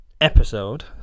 episode